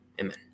amen